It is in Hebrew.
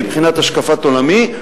מבחינת השקפת עולמי,